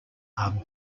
are